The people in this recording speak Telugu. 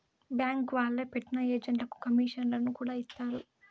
బ్యాంక్ వాళ్లే పెట్టిన ఏజెంట్లకు కమీషన్లను కూడా ఇత్తారు